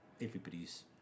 everybody's